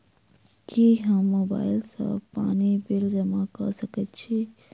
की हम मोबाइल सँ पानि बिल जमा कऽ सकैत छी?